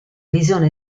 visione